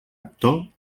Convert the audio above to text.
actor